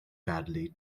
badly